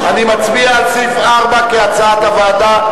אני מצביע על סעיף 4 כהצעת הוועדה.